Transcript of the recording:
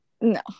no